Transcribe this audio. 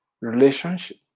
relationship